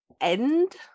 end